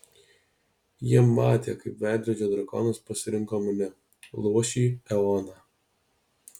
jie matė kaip veidrodžio drakonas pasirinko mane luošį eoną